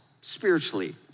spiritually